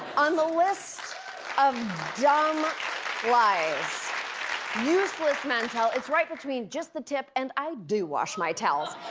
on the list of dumb lies useless men tell, it's right between just the tip and i do wash my towels.